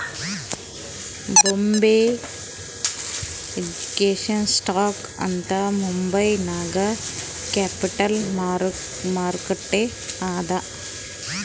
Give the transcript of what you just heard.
ಬೊಂಬೆ exchange stock ಅಂತ್ ಮುಂಬೈ ನಾಗ್ capital market ಅದಾ